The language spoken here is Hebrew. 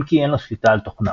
אם כי אין לו שליטה על תוכנם.